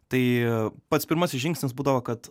tai pats pirmasis žingsnis būdavo kad